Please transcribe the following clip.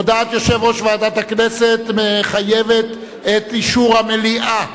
הודעת יושב-ראש ועדת הכנסת מחייבת את אישור המליאה,